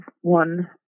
one